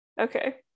Okay